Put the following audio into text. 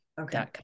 okay